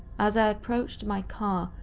as i approached my car,